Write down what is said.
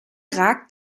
ragt